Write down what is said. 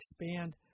expand